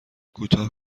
کوتاه